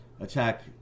Attack